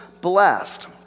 blessed